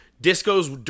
Disco's